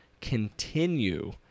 continue